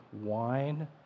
wine